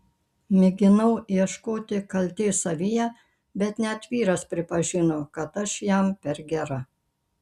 mėginau ieškoti kaltės savyje bet net vyras pripažino kad aš jam per gera